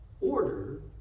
order